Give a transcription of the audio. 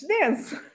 dance